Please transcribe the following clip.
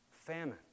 Famine